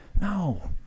No